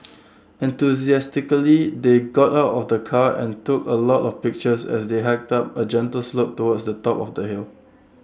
enthusiastically they got out of the car and took A lot of pictures as they hiked up A gentle slope towards the top of the hill